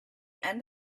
end